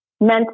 meant